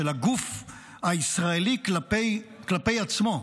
של הגוף הישראלי כלפי עצמו.